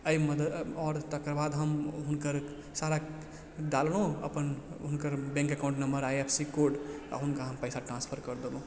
एहिमे आओर तकर बाद हम हुनकर सारा डाललहुॅं अपन हुनकर बैंक एकाउन्ट नम्मर आइ एफ सी कोड आ हुनका हम पइसा ट्रांसफर कर दलौ